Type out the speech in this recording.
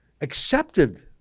accepted